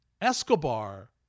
Escobar